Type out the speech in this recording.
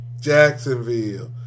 Jacksonville